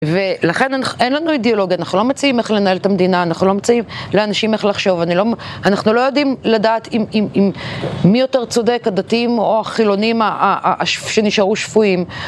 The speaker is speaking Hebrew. ולכן אין לנו אידאולוגיה, אנחנו לא מציעים איך לנהל את המדינה, אנחנו לא מציעים לאנשים איך לחשוב. אנחנו לא יודעים לדעת מי יותר צודק, הדתיים או החילונים שנשארו שפויים.